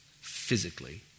physically